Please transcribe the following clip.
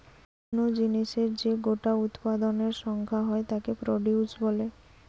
কুনো জিনিসের যে গোটা উৎপাদনের সংখ্যা হয় তাকে প্রডিউস বলে